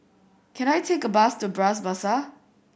can I take a bus to Bras Basah